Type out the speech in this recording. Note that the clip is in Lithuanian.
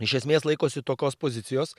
iš esmės laikosi tokios pozicijos